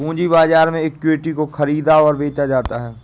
पूंजी बाजार में इक्विटी को ख़रीदा और बेचा जाता है